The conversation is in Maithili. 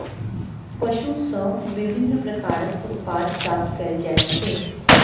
पशु सॅ विभिन्न प्रकारक उत्पाद प्राप्त कयल जाइत छै